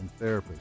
therapists